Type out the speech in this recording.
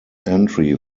entry